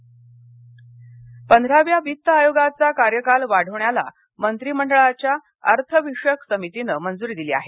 बैठक पंधराव्या वित्त आयोगाचा कार्यकाल वाढवण्याला मंत्रिमंडळाच्या अर्थविषयक समितीनं मंजूरी दिली आहे